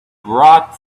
brought